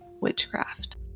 witchcraft